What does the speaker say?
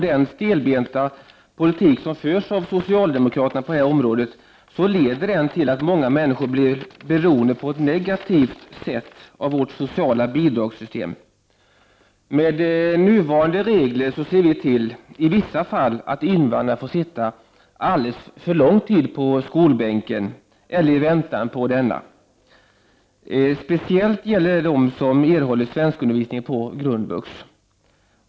Den stelbenta politik som förs av socialdemokraterna på det här området leder till att många människor blir beroende på ett negativt sätt av vårt sociala bidragssystem. Med nuvarande regler ser vi, i vissa fall, till att invandrarna får sitta alldeles för långt tid på skolbänken, eller i väntan på denna. Speciellt gäller det dem som erhåller svenskundervisningen på grundvux.